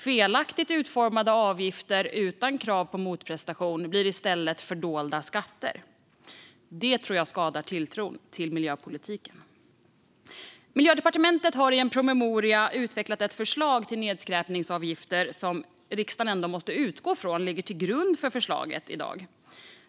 Felaktigt utformade avgifter, utan krav på motprestation, blir i stället fördolda skatter. Det tror jag skadar tilltron till miljöpolitiken. Miljödepartementet har i en promemoria utvecklat ett förslag till nedskräpningsavgifter som riksdagen ändå måste utgå från ligger till grund för förslaget i dag.